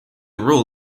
row